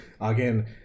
again